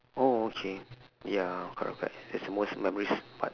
oh okay ya correct correct that's the most memories but